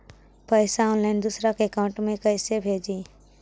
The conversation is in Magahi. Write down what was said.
पैसा ऑनलाइन दूसरा के अकाउंट में कैसे भेजी?